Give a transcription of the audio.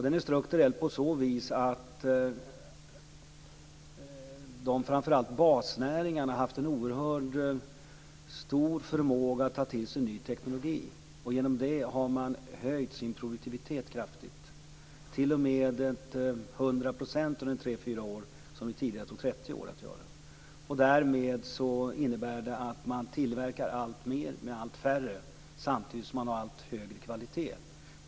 Den är strukturell på så vis att framför allt basnäringarna har haft en oerhört stor förmåga att ta till sig ny teknologi, och genom det har man höjt sin produktivitet kraftigt, t.o.m. 100 % under 3-4 år, vilket det tidigare tog 30 år att göra. Detta innebär att man tillverkar alltmer med allt färre, samtidigt som man får allt högre kvalitet.